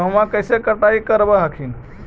गेहुमा कैसे कटाई करब हखिन?